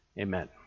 Amen